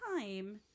time